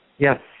Yes